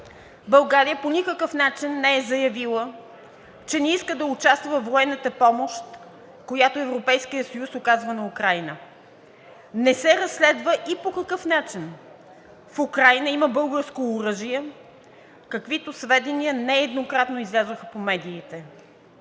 България по никакъв начин не е заявила, че не иска да участва във военната помощ, която Европейският съюз оказва на Украйна. Не се разследва и по какъв начин в Украйна има българско оръжие, каквито сведения нееднократно излязоха по медиите.